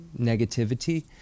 negativity